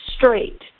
straight